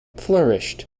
flourished